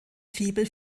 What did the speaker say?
fibel